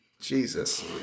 Jesus